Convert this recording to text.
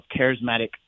charismatic